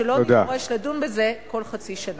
ולא נידרש לדון בזה כל חצי שנה.